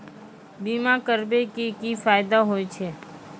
बीमा करबै के की फायदा होय छै?